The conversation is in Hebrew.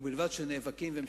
ובלבד שנאבקים ומשכנעים.